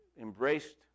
embraced